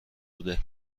بوده